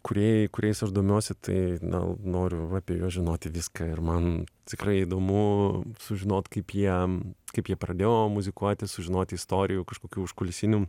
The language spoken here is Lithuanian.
kūrėjai kuriais aš domiuosi tai na noriu va apie juos žinoti viską ir man tikrai įdomu sužinot kaip jiem kaip jie pradėjo muzikuoti sužinoti istorijų kažkokių užkulisinių